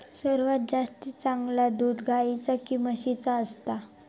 सर्वात जास्ती चांगला दूध गाईचा की म्हशीचा असता?